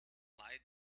lied